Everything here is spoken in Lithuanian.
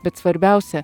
bet svarbiausia